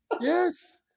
Yes